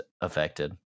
affected